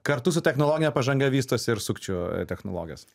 kartu su technologine pažanga vystosi ir sukčių technologijos